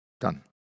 done